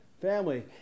family